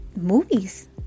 movies